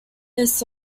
this